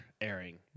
airing